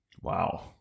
wow